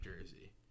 jersey